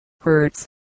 Hertz